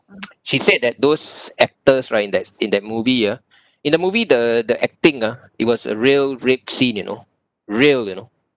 she said that those actors right in that in that movie ah in the movie the the acting ah it was a real rape scene you know real you know